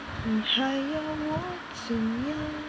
你还要我怎样